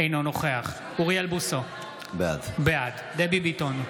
אינו נוכח אוריאל בוסו, בעד דבי ביטון,